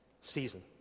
season